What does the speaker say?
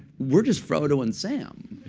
we're just frodo and sam.